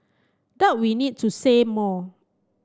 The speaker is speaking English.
doubt we need to say more